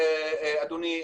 אדוני,